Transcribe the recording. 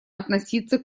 относиться